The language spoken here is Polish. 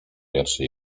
wierszy